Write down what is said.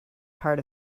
part